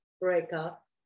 breakup